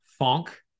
Funk